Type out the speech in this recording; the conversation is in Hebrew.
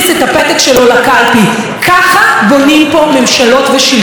ככה בונים פה ממשלות ושלטון, לא בדרכים אחרות.